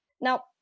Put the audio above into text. Now